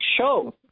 show